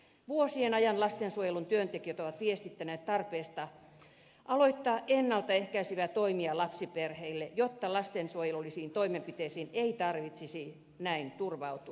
vuosien ajan lastensuojelun työntekijät ovat viestittäneet tarpeesta aloittaa ennalta ehkäiseviä toimia lapsiperheille jotta lastensuojelullisiin toimenpiteisiin ei tarvitsisi näin turvautua